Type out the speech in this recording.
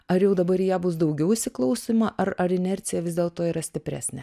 ar jau dabar į ja bus daugiau įsiklausima ar ar inercija vis dėlto yra stipresnė